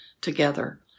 together